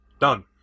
Done